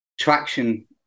traction